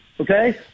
okay